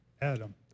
Adam